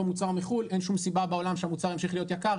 מוצר מחו"ל אין שום סיבה בעולם שהמוצר ימשיך להיות יקר,